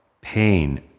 pain